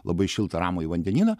labai šiltą ramųjį vandenyną